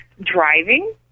driving